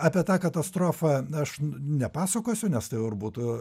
apie tą katastrofą aš nepasakosiu nes tai jau ir būtų